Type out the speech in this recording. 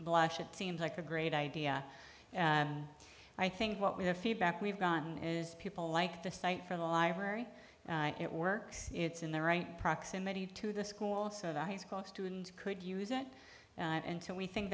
blush it seems like a great idea i think what we have feedback we've done is people like the site for the library it works it's in the right proximity to the school also the high school students could use it until we think